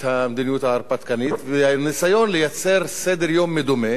המדיניות ההרפתקנית וניסיון לייצר סדר-יום מדומה